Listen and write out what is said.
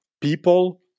people